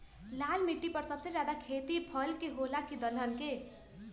लाल मिट्टी पर सबसे ज्यादा खेती फल के होला की दलहन के?